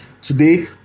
Today